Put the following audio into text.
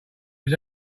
was